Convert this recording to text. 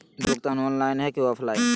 Bill भुगतान online है की ऑफलाइन?